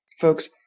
Folks